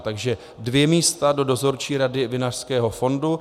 Takže dvě místa do Dozorčí rady Vinařského fondu.